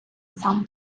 сам